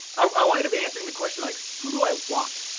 i want you to be answering the question like, who do i want?